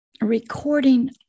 recording